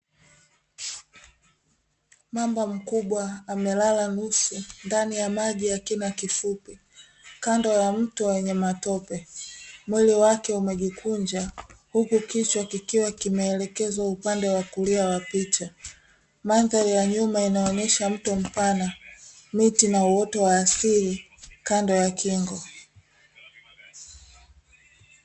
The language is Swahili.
Mamba mkubwa amelala nusu ndani ya maji ya kina kifupi, kando ya mto wenye matope. Mwili wake umejikunja, huku kichwa kikiwa kimeelekezwa upande wa kulia wa picha. Mandhari ya nyuma inaonyesha mto mpana, miti, na uoto wa asili kando ya kingo.